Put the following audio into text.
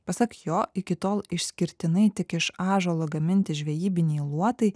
pasak jo iki tol išskirtinai tik iš ąžuolo gaminti žvejybiniai luotai